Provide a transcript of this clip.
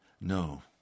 No